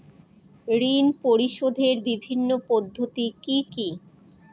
ঋণ পরিশোধের বিভিন্ন পদ্ধতি কি কি?